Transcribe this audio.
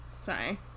Sorry